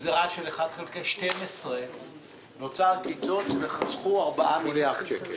הגזרה של 1/12 נוצר קיצוץ וחסכו 4 מיליארד שקל